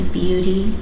beauty